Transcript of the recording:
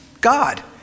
God